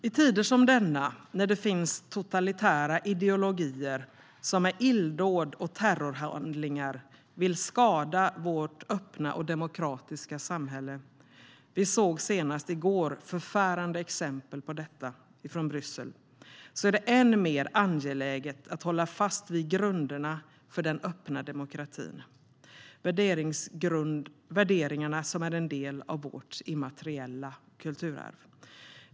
I tider som denna, när det finns totalitära ideologier som med illdåd och terrorhandlingar vill skada vårt öppna och demokratiska samhälle - vi såg senast i går förfärande exempel på detta ifrån Bryssel - är det än mer angeläget att hålla fast vid grunderna för den öppna demokratin: de värderingar som är en del av vårt immateriella kulturarv.